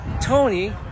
Tony